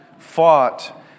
fought